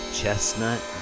chestnut